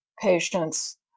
patients